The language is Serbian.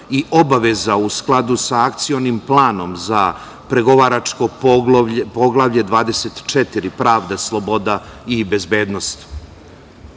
i obaveza u skladu sa Akcionim planom za pregovaračko Poglavlje 24 – pravda, sloboda i bezbednost. Na